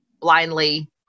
blindly